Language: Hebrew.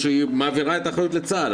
היא מעבירה את האחריות לצה"ל,